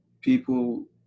people